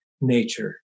nature